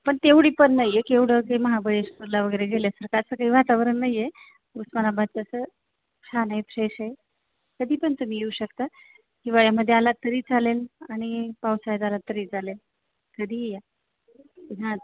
पण तेवढीपण नाही आहे केवढं जे महाबळेश्वरला वगैरे गेलं तर तसं काही वातावरण नाही आहे उस्मानाबाद तसं छान आहे फ्रेश आहे कधीपण तुम्ही येऊ शकता हिवाळ्यामध्ये आला तरी चालेल आणि पावसाळ्यात आला तरी चालेल कधीही या